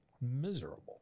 miserable